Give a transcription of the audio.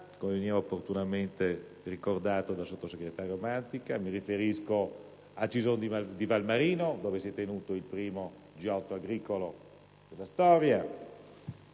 come ha opportunamente ricordato il sottosegretario Mantica, a Cison di Valmarino, dove si è tenuto il primo G8 agricolo della storia